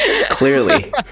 Clearly